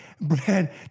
Brad